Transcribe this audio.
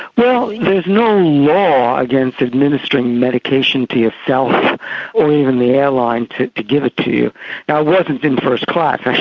well, there's no law against administering medication to yourself or even the airline to to give it to you. i wasn't in first-class,